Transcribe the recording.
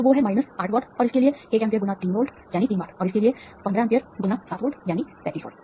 तो वो है माइनस 8 वॉट और इसके लिए 1 एम्पीयर गुना 3 वोल्ट यानी 3 वॉट और इसके लिए 1 5 एम्पीयर गुना 7 वोल्ट यानी 35 वॉट